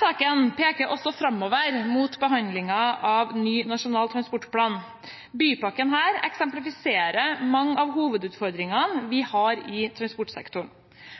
saken peker også framover mot behandlingen av ny nasjonal transportplan. Bypakken her eksemplifiserer mange av hovedutfordringene vi har i transportsektoren.